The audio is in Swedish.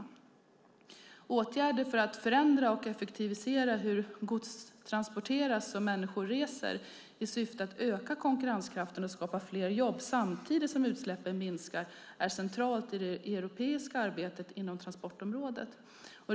Åtgärder för att förändra och effektivisera hur gods transporteras och människor reser i syfte att öka konkurrenskraften och skapa fler jobb samtidigt som utsläppen minskar är centralt i det europeiska arbetet inom transportområdet.